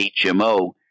HMO